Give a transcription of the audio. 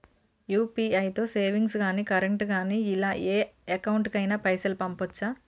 UPI తో savings గాని current గాని ఇలా ఏ అకౌంట్ కైనా పైసల్ పంపొచ్చా?